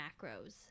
macros